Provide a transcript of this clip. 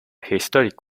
historic